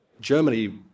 Germany